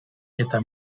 eta